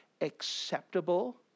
acceptable